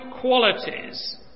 qualities